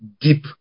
deep